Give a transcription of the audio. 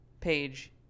page